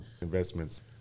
investments